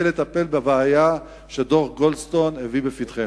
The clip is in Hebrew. לטפל בבעיה שדוח גולדסטון הביא לפתחנו.